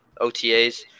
OTAs